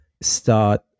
start